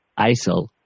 ISIL